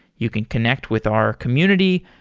you can connect with our community.